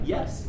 Yes